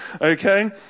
okay